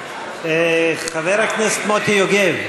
חבר הכנסת מוטי יוגב,